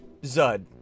Zud